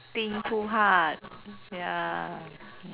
think too hard ya